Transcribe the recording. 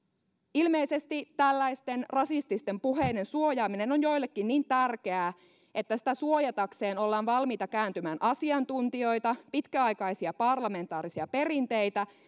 ilmeisesti tällaisten rasististen puheiden suojaaminen on joillekin niin tärkeää että sitä suojatakseen ollaan valmiita kääntymään asiantuntijoita pitkäaikaisia parlamentaarisia perinteitä